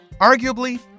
arguably